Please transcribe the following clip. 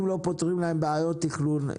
אם לא פותרים להם בעיות תכנון,